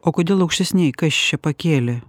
o kodėl aukštesnėj kas čia pakėlė